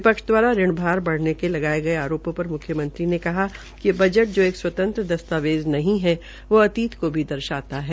विपक्ष द्वारा ऋण भार बढ़ने के लगाये गये आरोपों पर मुख्यमंत्री ने कहा कि बजट जो एक स्वतंत्र दस्तावेज नहीं है वे अतीत को भी दर्शाता है